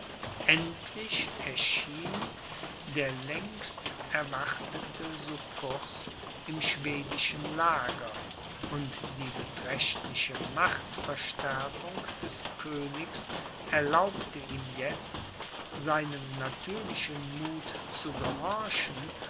endlich erschien der längst erwartete succurs im schwedischen lager und die beträchtliche machtverstärkung des königs erlaubte ihm jetzt seinem natürlichen muth zu gehorchen